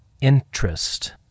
interest